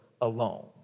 alone